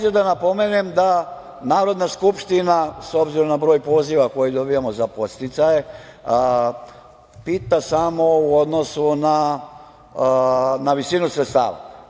Želim da napomenem da Narodna skupština, s obzirom na broj poziva koje dobijamo za podsticaje, pita samo u odnosu na visinu sredstava.